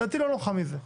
דעתי לא נוחה מזה.